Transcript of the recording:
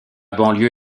banlieue